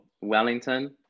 Wellington